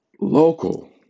Local